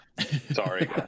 sorry